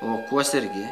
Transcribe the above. o kuo sergi